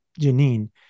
Janine